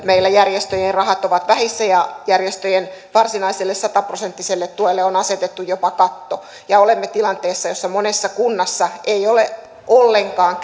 meillä järjestöjen rahat ovat vähissä ja järjestöjen varsinaiselle sataprosenttiselle tuelle on asetettu jopa katto ja olemme tilanteessa jossa monessa kunnassa ei ole ollenkaan